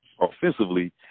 offensively